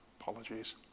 Apologies